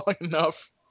enough